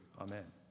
Amen